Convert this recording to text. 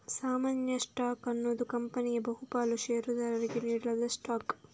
ಸಾಮಾನ್ಯ ಸ್ಟಾಕ್ ಅನ್ನುದು ಕಂಪನಿಯ ಬಹು ಪಾಲು ಷೇರುದಾರರಿಗೆ ನೀಡಲಾದ ಸ್ಟಾಕ್